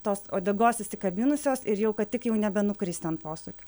tos uodegos įsikabinusios ir jau kad tik jau nebenukristi an posūkio